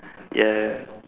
ya